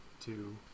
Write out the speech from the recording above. two